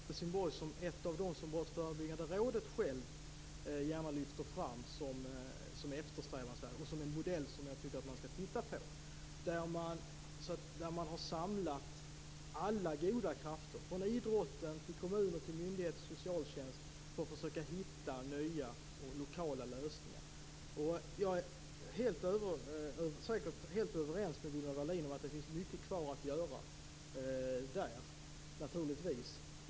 Fru talman! Jag vill peka på att Brottsförebyggande rådet gärna lyfter fram Helsingborg som eftersträvansvärt och som en modell som jag tycker att man skall titta på. Där har man samlat alla goda krafter från idrotten, kommunerna, myndigheterna och socialtjänsten för att försöka hitta nya och lokala lösningar. Jag är säkert helt överens med Gunnel Wallin om att det naturligtvis finns mycket kvar att göra där.